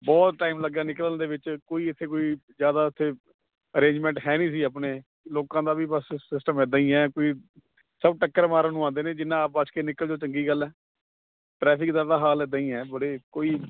ਬਹੁਤ ਟਾਈਮ ਲੱਗਿਆ ਨਿਕਲਣ ਦੇ ਵਿੱਚ ਕੋਈ ਇੱਥੇ ਕੋਈ ਜ਼ਿਆਦਾ ਇੱਥੇ ਅਰੇਂਜਮੈਂਟ ਹੈ ਨਹੀਂ ਸੀ ਆਪਣੇ ਲੋਕਾਂ ਦਾ ਵੀ ਬਸ ਸਿਸਟਮ ਇੱਦਾਂ ਹੀ ਹੈ ਕੋਈ ਸਭ ਟੱਕਰ ਮਾਰਨ ਨੂੰ ਆਉਂਦੇ ਨੇ ਜਿੰਨਾਂ ਬਚ ਕੇ ਨਿਕਲ ਜਾਓ ਚੰਗੀ ਗੱਲ ਹੈ ਟਰੈਫਿਕ ਦਾ ਤਾਂ ਹਾਲ ਇੱਦਾਂ ਹੀ ਹੈ ਬੜੇ ਕੋਈ